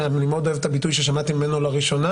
שאני מאוד אוהב את הביטוי ששמעתי ממנו לראשונה